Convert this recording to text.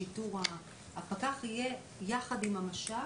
הפקח יהיה יחד עם המש"ק?